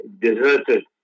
deserted